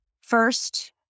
first